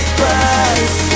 price